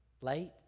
late